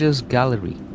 gallery